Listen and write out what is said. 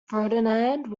ferdinand